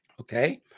Okay